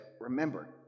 remember